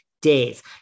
days